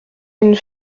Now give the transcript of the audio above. une